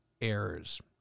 errors